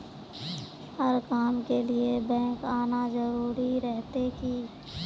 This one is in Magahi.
हर काम के लिए बैंक आना जरूरी रहते की?